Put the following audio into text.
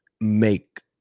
make